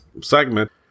segment